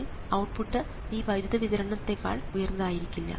എന്നാൽ ഔട്ട്പുട്ട് ഈ വൈദ്യുത വിതരണ ത്തേക്കാൾ ഉയർന്നതായിരിക്കില്ല